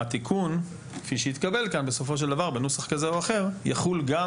שהתיקון כפי שיתקבל כאן בסופו של דבר בנוסח כזה או אחר יחול גם